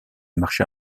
marché